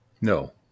No